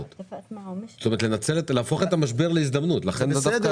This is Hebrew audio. לגבי בלינסון ואסותא